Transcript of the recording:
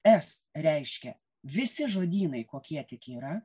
es reiškia visi žodynai kokie tik yra